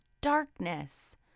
darkness